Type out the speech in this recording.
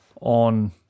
on